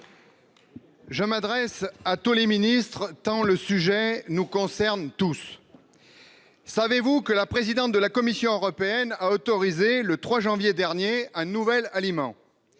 Je m'adresse à tous les ministres tant le sujet nous concerne tous. Savez-vous que la présidente de la Commission européenne a autorisé le 3 janvier dernier un nouvel aliment.